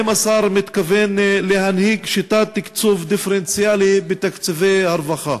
האם השר מתכוון להנהיג שיטת תקצוב דיפרנציאלי בתקציבי הרווחה?